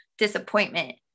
disappointment